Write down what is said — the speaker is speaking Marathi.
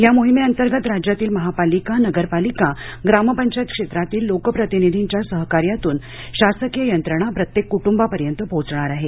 या मोहिमेंतर्गत राज्यातील महापालिका नगरपालिका ग्रामपंचायत क्षेत्रातील लोकप्रतिनिधींच्या सहकार्यातून शासकीय यंत्रणा प्रत्येक कुटुंबापर्यंत पोहोचणार आहे